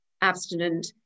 abstinent